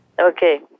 Okay